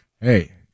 hey